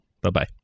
Bye-bye